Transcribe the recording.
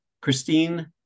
Christine